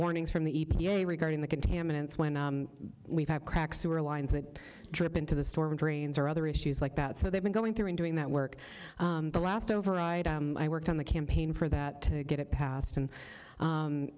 warnings from the e p a regarding the contaminants when we've had cracks sewer lines that dripped into the storm drains or other issues like that so they've been going through and doing that work the last override i worked on the campaign for that to get it passed and